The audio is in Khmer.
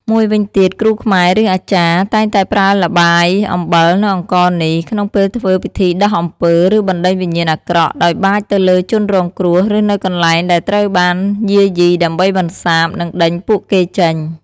មួយវិញទៀត គ្រូខ្មែរ ឬអាចារ្យ តែងតែប្រើល្បាយអំបិល និងអង្ករនេះ ក្នុងពេលធ្វើពិធីដោះអំពើ ឬបណ្ដេញវិញ្ញាណអាក្រក់ ដោយបាចទៅលើជនរងគ្រោះ ឬនៅកន្លែងដែលត្រូវបានយាយី ដើម្បីបន្សាប និងដេញពួកគេចេញ។